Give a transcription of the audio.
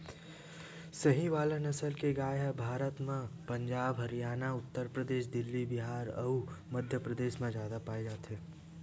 साहीवाल नसल के गाय ह भारत म पंजाब, हरयाना, उत्तर परदेस, दिल्ली, बिहार अउ मध्यपरदेस म जादा पाए जाथे